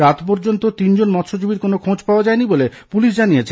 রাত পর্যন্ত তিনজন মৎস্যজীবীর কোনও খোঁজ পাওয়া যায়নি বলে পুলিশ জানিয়েছে